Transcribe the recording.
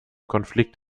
konflikt